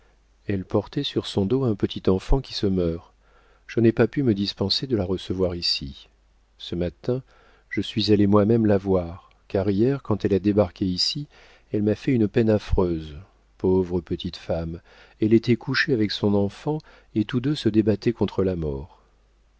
elle portait sur son dos un petit enfant qui se meurt je n'ai pas pu me dispenser de la recevoir ici ce matin je suis allée moi-même la voir car hier quand elle a débarqué ici elle m'a fait une peine affreuse pauvre petite femme elle était couchée avec son enfant et tous deux se débattaient contre la mort